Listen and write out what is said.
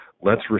lets